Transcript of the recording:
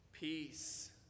peace